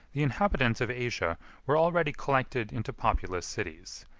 the inhabitants of asia were already collected into populous cities,